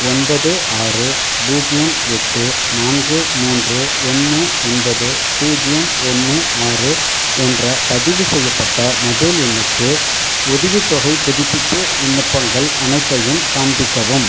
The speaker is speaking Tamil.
ஒன்பது ஆறு பூஜ்ஜியம் எட்டு நான்கு மூன்று ஒன்று ஒன்பது பூஜ்ஜியம் ஒன்று ஆறு என்ற பதிவு செய்யப்பட்ட மொபைல் எண்ணுக்கு உதவித்தொகைப் புதுப்பிப்பு விண்ணப்பங்கள் அனைத்தையும் காண்பிக்கவும்